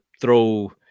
throw